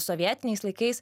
sovietiniais laikais